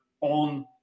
on